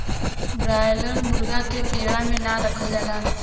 broiler मुरगा के पिजड़ा में ना रखल जाला